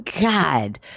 God